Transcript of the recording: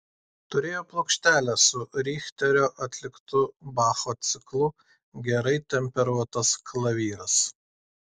turėjo plokštelę su richterio atliktu bacho ciklu gerai temperuotas klavyras